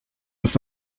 ist